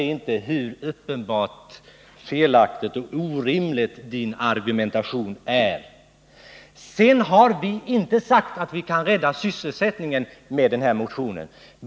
Visar inte det hur uppenbart felaktig och orimlig eta CC RM ati är? o sr se Rune Gustavssons argumentation är? Om åtgärder för Vi har inte sagt att vi kan rädda sysselsättningen med den här motionen.